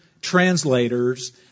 translators